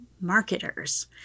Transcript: marketers